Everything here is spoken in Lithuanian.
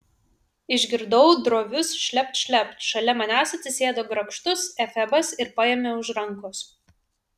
išgirdau drovius šlept šlept šalia manęs atsisėdo grakštus efebas ir paėmė už rankos